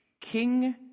king